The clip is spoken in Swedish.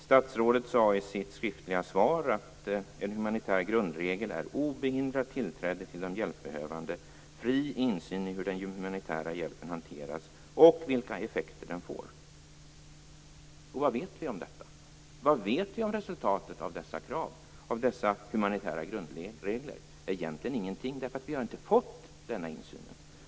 Statsrådet sade i sitt skriftliga svar att en humanitär grundregel är obehindrat tillträde till de hjälpbehövande och fri insyn i hur den humanitära hjälpen hanteras och vilka effekter den får. Men vad vet vi om detta? Vad vet vi om resultatet av dessa krav och humanitära grundregler? Egentligen ingenting. Vi har inte fått den insynen.